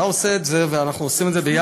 אתה עושה את זה, ואנחנו עושים את זה יחד,